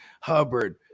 Hubbard